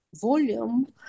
volume